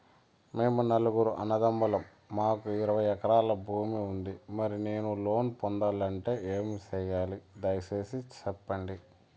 మేము నలుగురు అన్నదమ్ములం మాకు ఇరవై ఎకరాల భూమి ఉంది, మరి నేను లోను పొందాలంటే ఏమి సెయ్యాలి? దయసేసి సెప్పండి?